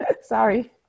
Sorry